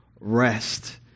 rest